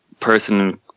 person